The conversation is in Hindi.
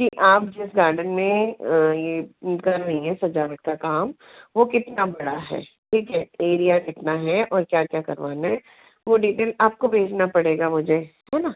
कि आप जिस गार्डन में यह कर रही हैं सजावट का काम वो कितना बड़ा है ठीक है एरिया कितना है और क्या क्या करवाना है वो डिटेल आपको भेजना पड़ेगा मुझे